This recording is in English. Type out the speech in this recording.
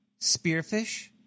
Spearfish